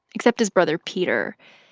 except his brother peter.